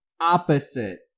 opposite